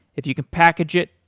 if you can package it,